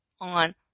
on